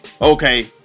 okay